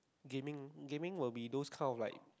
gaming gaming will be those kind of like